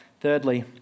Thirdly